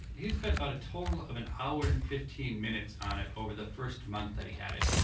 he spent about a total of an hour and fifteen minutes on it over the first month that he had it.